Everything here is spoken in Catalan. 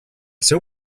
seu